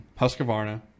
Husqvarna